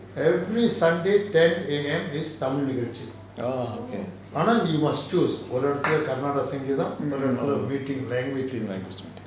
ah okay